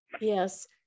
Yes